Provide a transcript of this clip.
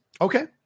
Okay